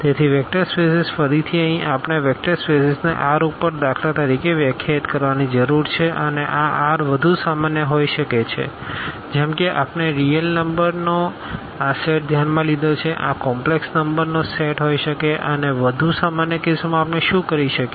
તેથી vector spaces ફરીથી અહીં આપણે વેક્ટર સ્પેસીસને R ઉપર દાખલા તરીકે વ્યાખ્યાયિત કરવાની જરૂર છે અને આ R વધુ સામાન્ય હોઈ શકે છે જેમ કે આપણે રીઅલ નંબરનો આ સેટ ધ્યાનમાં લીધો છે આ કોમપ્લેક્ષ નંબરનો સેટ હોઈ શકે છે અને વધુ સામાન્ય કેસોમાં આપણે શું કરી શકીએ છીએ